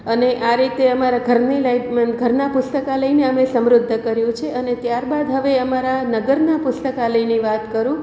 અને આ રીતે અમારા ઘરની લાઈ ઘરના પુસ્તકાલયને અમે સમૃદ્ધ કર્યું છે અને ત્યાર બાદ હવે અમારા નગરના પુસ્તકાલયની વાત કરું